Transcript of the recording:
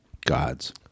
gods